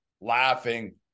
laughing